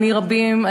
מני רבים,